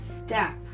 step